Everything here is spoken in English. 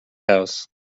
house